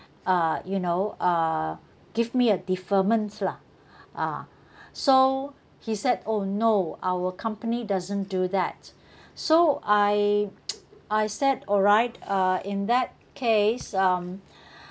uh you know uh give me a deferment lah ah so he said oh no our company doesn't do that so I I said all right uh in that case um